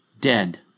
dead